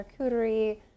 charcuterie